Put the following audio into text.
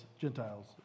Gentiles